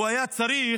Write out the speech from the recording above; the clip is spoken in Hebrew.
הוא היה צריך